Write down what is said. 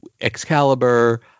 excalibur